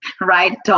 right